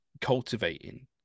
cultivating